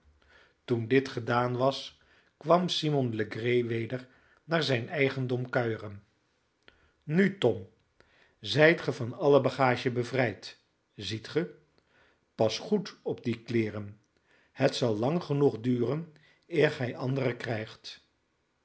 toen dit gedaan was kwam simon legree weder naar zijn eigendom kuieren nu tom zijt ge van alle bagage bevrijd ziet ge pas goed op die kleeren het zal lang genoeg duren eer gij andere krijgt